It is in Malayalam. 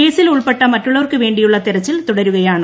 കേസിൽ ഉൾപ്പെട്ട മറ്റുളളവർക്ക് വേണ്ടിയുളള തെരച്ചിൽ തുടരുകയാണ്